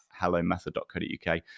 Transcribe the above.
hellomethod.co.uk